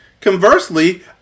Conversely